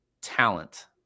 talent